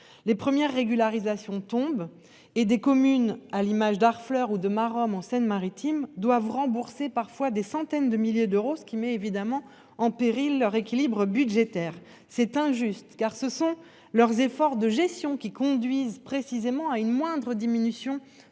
Les premières régularisations tombe et des communes. À l'image d'Harfleur ou de Maromme en Seine-Maritime doivent rembourser, parfois des centaines de milliers d'euros, ce qui est évidemment en péril leur équilibre budgétaire c'est injuste car ce sont leurs efforts de gestion qui conduisent précisément à une moindre diminution